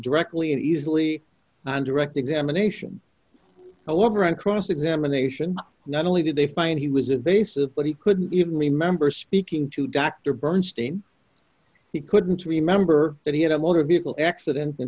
directly and easily on direct examination however on cross examination not only did they find he was a basis but he couldn't even remember speaking to dr bernstein he couldn't remember that he had a motor vehicle accident